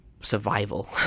survival